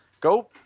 Go